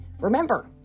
Remember